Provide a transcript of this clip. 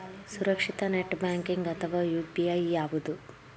ಸುರಕ್ಷಿತ net banking ಅಥವಾ UPI ಯಾವುದು?